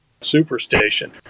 superstation